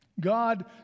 God